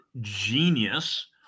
genius